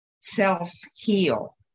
self-heal